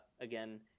Again